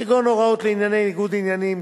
כגון הוראות לעניין ניגודי עניינים,